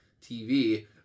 TV